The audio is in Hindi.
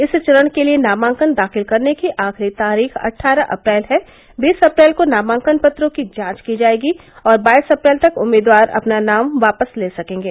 इस चरण के लिये नामांकन दाखिल करने की आखिरी तारीख अट्ठारह अप्रैल है बीस अप्रैल को नामांकन पत्रों की जांच की जायेगी और बाईस अप्रैल तक उम्मीदवार अपना नाम वापस ले सकेंगे